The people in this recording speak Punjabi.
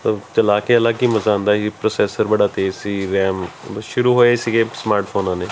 ਚਲਾ ਕੇ ਅਲੱਗ ਹੀ ਮਜ਼ਾ ਆਉਂਦਾ ਸੀ ਪ੍ਰੋਸੈਸਰ ਬੜਾ ਤੇਜ਼ ਸੀ ਰੈਮ ਸ਼ੁਰੂ ਹੋਏ ਸੀਗੇ ਸਮਾਰਟ ਫੋਨ ਆਉਣੇ